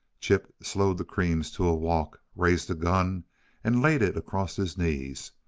chip slowed the creams to a walk, raised the gun and laid it across his knees,